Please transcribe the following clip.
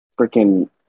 freaking